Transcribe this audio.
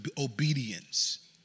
obedience